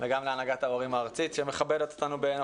וגם את הנהגת ההורים הארצית שמכבדת אותנו בנוכחותה.